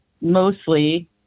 mostly